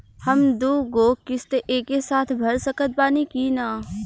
हम दु गो किश्त एके साथ भर सकत बानी की ना?